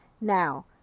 Now